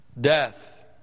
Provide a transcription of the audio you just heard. Death